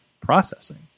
Processing